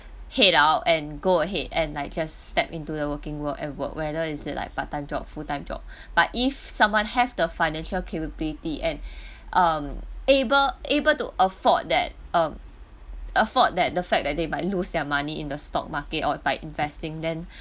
head out and go ahead and like just step into the working world and work whether is it like part time job full time job but if someone have the financial capability and um able able to afford that um afford that the fact that they might loose money in the stock market or like investing then